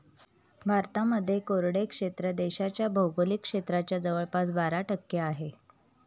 भारतामध्ये कोरडे क्षेत्र देशाच्या भौगोलिक क्षेत्राच्या जवळपास बारा टक्के आहे